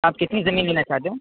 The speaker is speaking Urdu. آپ کتنی زمین لینا چاہتے ہیں